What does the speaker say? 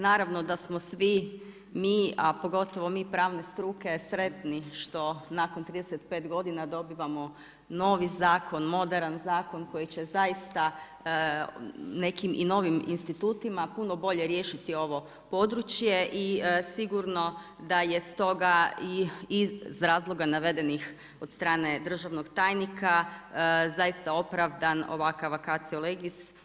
Naravno da smo svi mi, a pogotovo mi pravne struke sretni što nakon 35 godina dobivamo novi zakon, moderan zakon koji će zaista nekim i novim institutima puno bolje riješiti ovo područje i sigurno da je stoga i iz razloga navedenih od strane državnog tajnika zaista opravdan ovakav vacatio legis.